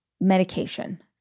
medication